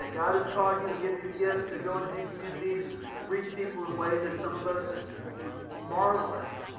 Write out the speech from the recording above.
and god has called you and given you gifts to go into new communities and reach people in ways that some of us just would marvel at.